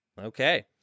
Okay